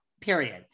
period